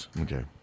Okay